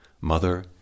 mother